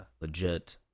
legit